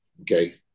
Okay